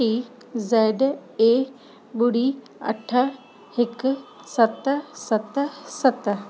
T Z A ॿुड़ी अठ हिकु सत सत सत